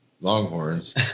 Longhorns